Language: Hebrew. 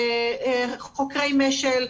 חוקרי מש"ל,